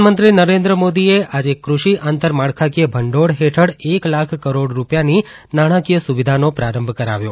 કૃષિ પ્રધાનમંત્રી નરેન્દ્ર મોદીએ આજે ક઼ષિ આંતરમાળખાકીય ભંડોળ ફેઠળ એક લાખ કરોડ રૂપિયાની નાણાકીય સુવિધાનો પ્રારંભ કરાવ્યો